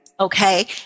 Okay